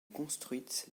construites